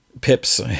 Pip's